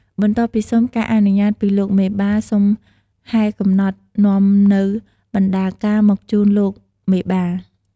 បន្ទាប់ពីសុំការអនុញ្ញាត ពីលោកមេបាសុំហែកំណត់នាំនូវ បណ្ណាការមកជូនលោកមេបា។